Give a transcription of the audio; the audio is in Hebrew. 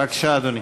בבקשה, אדוני.